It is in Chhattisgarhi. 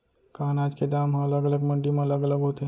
का अनाज के दाम हा अलग अलग मंडी म अलग अलग होथे?